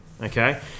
Okay